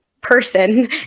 person